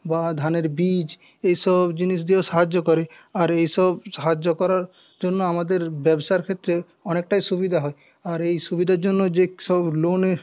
বা ধানের বীজ এসব জিনিস দিয়েও সাহায্য করে আর এসব সাহায্য করার জন্য আমাদের ব্যবসার ক্ষেত্রে অনেকটাই সুবিধে হয় আর এই সুবিধের জন্য যে সব লোনের